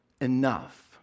enough